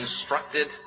instructed